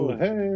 hey